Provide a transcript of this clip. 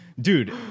Dude